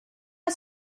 est